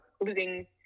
losing